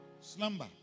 Slumber